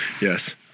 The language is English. Yes